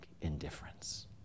indifference